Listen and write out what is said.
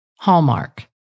Hallmark